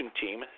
team